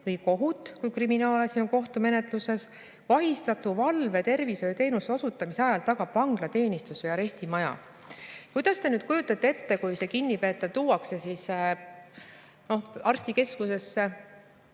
või kohut, kui kriminaalasi on kohtumenetluses. Vahistatu valve tervishoiuteenuse osutamise ajal tagab vanglateenistus või arestimaja. Kuidas te nüüd kujutate ette, et see kinnipeetav tuuakse arstikeskusesse,